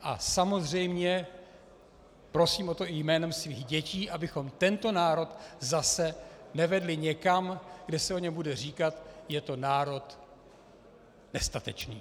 A samozřejmě prosím o to i jménem svých dětí, abychom tento národ nevedli zase někam, kde se o něm bude říkat: je to národ nestatečný.